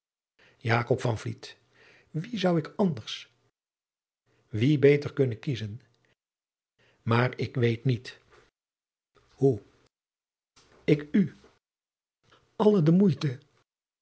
wien zou ik anders wien beter kunnen kiezen maar ik weet niet hoe ik u alle de moeite